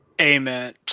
Amen